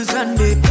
Sunday